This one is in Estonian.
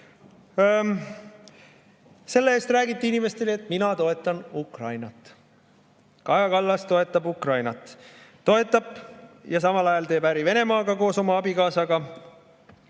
Selle eest räägiti inimestele: "Mina toetan Ukrainat!" Kaja Kallas toetab Ukrainat. Toetab – ja samal ajal teeb koos oma abikaasaga